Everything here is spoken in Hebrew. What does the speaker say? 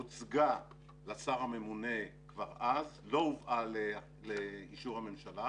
הוצגה לשר הממונה כבר אז, לא הובאה לאישור הממשלה.